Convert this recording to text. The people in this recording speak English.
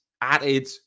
added